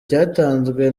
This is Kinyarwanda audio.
cyatanzwe